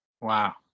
Wow